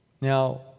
Now